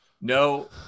No